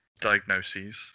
diagnoses